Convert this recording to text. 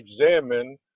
examine